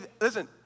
Listen